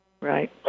Right